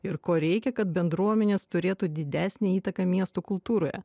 ir ko reikia kad bendruomenės turėtų didesnę įtaką miesto kultūroje